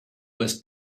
was